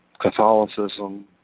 Catholicism